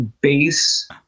base